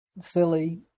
silly